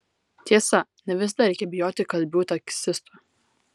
tiesa ne visada reikia bijoti kalbių taksistų